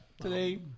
today